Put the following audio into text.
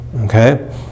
Okay